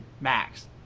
max